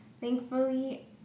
thankfully